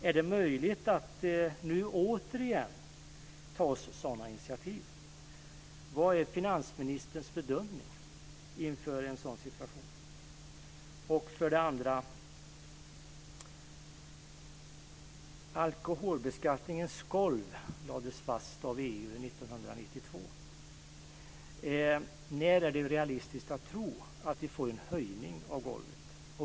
Är det möjligt att nu återigen ta sådana initiativ? Vad är finansministerns bedömning inför en sådan situation? 1992. När är det realistiskt att tro att vi får en höjning av golvet?